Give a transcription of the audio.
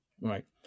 right